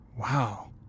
wow